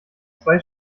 zwei